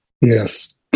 Yes